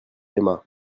aima